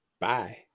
Bye